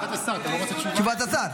תשובת השר.